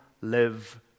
Live